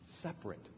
separate